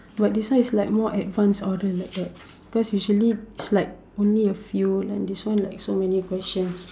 but this one is like more advanced oral like that because usually is like only a few and this one like so many questions